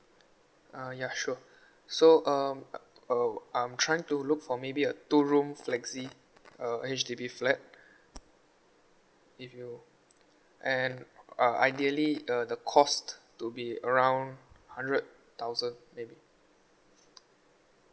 uh ya sure so um uh I'm trying to look for maybe a two room flexi uh H_D_B flat if you and uh ideally uh the cost to be around hundred thousand maybe